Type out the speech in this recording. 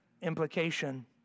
implication